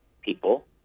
people